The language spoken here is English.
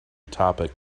topic